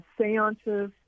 Seances